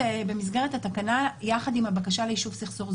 במסגרת התקנה יחד עם הבקשה ליישוב סכסוך.